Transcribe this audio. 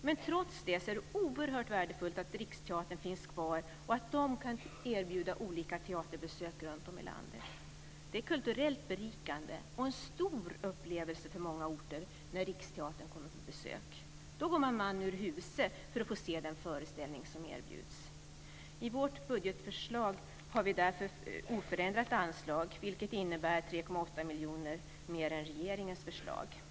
Men trots det är det oerhört värdefullt att Riksteatern finns kvar och kan erbjuda olika teaterbesök runtom i landet. Det är kulturellt berikande och en stor upplevelse för många orter när Riksteatern kommer på besök. Då går man man ur huse för att få se den föreställning som erbjuds. I vårt budgetförslag är anslaget därför oförändrat, vilket innebär 3,8 miljoner mer än i regeringens förslag.